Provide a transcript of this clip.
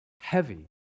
heavy